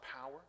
power